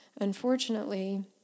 Unfortunately